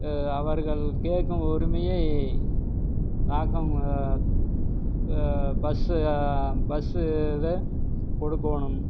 அவர்கள் கேட்கும் உரிமையை தாக்கம் பஸ்சு பஸ்சு இது கொடுக்கணும்